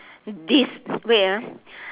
des~ wait ah